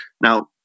Now